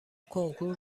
کنکور